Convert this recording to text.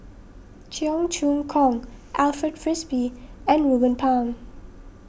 Cheong Choong Kong Alfred Frisby and Ruben Pang